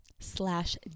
Slash